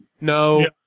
No